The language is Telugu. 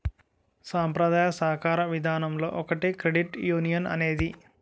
సాంప్రదాయ సాకార విధానంలో ఒకటే క్రెడిట్ యునియన్ అనేది